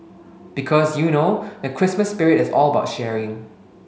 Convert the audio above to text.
because you know the Christmas spirit is all about sharing